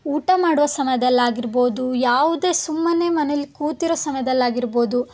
ಊಟ ಮಾಡುವ ಸಮಯದಲ್ಲಾಗಿರ್ಬೋದು ಯಾವುದೇ ಸುಮ್ಮನೆ ಮನೇಲಿ ಕೂತಿರೋ ಸಮಯದಲ್ಲಿ ಆಗಿರ್ಬೋದು